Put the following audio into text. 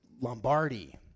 Lombardi